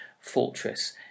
fortress